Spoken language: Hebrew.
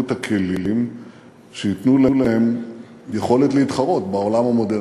את הכלים שייתנו להם יכולת להתחרות בעולם המודרני.